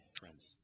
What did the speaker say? friends